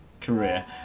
career